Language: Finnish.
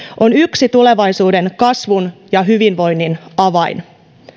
on yksi tulevaisuuden kasvun ja hyvinvoinnin avain